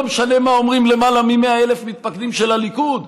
לא משנה מה אומרים יותר מ-100,000 מתפקדים של הליכוד,